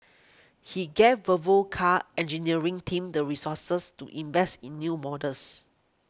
he gave Volvo Car's engineering team the resources to invest in new models